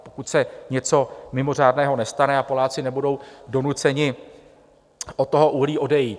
Pokud se něco mimořádného nestane a Poláci nebudou donuceni od toho uhlí odejít.